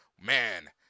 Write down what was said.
man